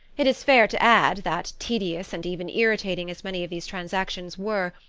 it is fair to add that, tedious and even irritating as many of these transactions were,